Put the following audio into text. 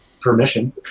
permission